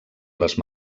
les